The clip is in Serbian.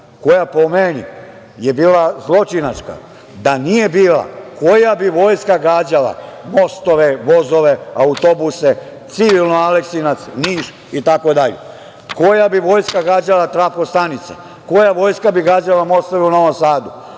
koja po meni je bila zločinačka, da nije bila, koja bi vojska gađala mostove, vozove, autobuse, civilno Aleksinac, Niš, itd? Koja bi vojska gađala trafo stanice? Koja vojska bi gađala mostove u Novom Sadu?